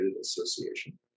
association